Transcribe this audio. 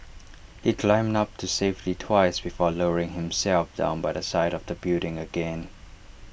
he climbed up to safety twice before lowering himself down by the side of the building again